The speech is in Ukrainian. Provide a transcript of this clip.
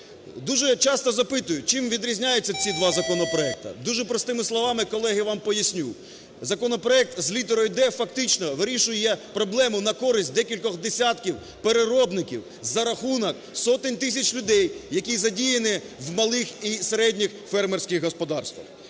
Дуже часто запитують: чим відрізняються ці два законопроекти. Дуже простими словами, колеги, вам поясню. Законопроект з літерою "д" фактично вирішує проблему на користь декількох десятків переробників за рахунок сотень тисяч людей, які задіяні в малих і середніх фермерських господарствах.